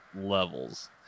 levels